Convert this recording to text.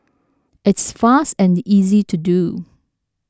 it's fast and easy to do